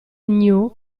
gnu